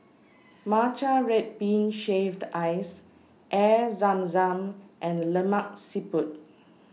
Matcha Red Bean Shaved Ice Air Zam Zam and Lemak Siput